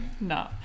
no